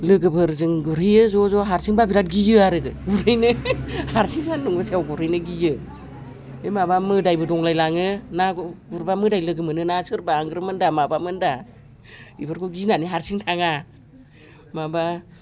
लोगोफोरजों गुरहैयो ज' ज' हारसिंबा बिराद गियो आरो गुरहैनो हारसिं सानदुं गोसायाव गुरहैनो गियो बे माबा मोदायबो दंलाय लाङो ना गुरबा मोदाय लोगो मोनोना सोरबा आंग्रोमोनदा माबा मोनदा बेफोरखौ गिनानै हारसिं थाङा माबा